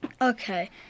Okay